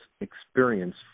experience